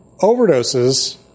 overdoses